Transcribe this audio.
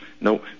No